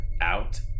out